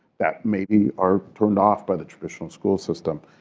that maybe are turned off by the traditional school system.